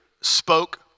spoke